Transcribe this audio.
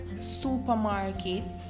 supermarkets